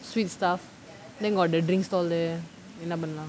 sweet stuff then got the drink stall there என்ன பண்லாம்:enna panlaam